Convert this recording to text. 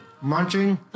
Munching